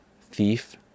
thief